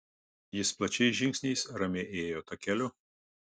jis plačiais žingsniais ramiai ėjo takeliu